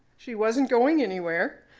she wasn't going anywhere.